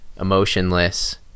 emotionless